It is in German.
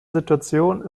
situation